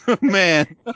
Man